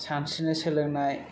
सानस्रिनो सोलोंनाय